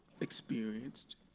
experienced